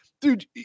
dude